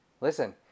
Listen